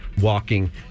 Walking